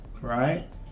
right